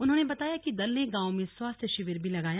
उन्होंने बताया कि दल ने गांव में स्वास्थ्य शिविर भी लगाया